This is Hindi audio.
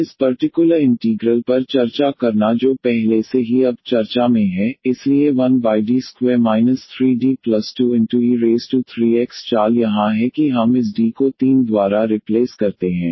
इस पर्टिकुलर इंटीग्रल पर चर्चा करना जो पहले से ही अब चर्चा में है इसलिए 1D2 3D2e3x चाल यहाँ है कि हम इस D को 3 द्वारा रिप्लेस करते हैं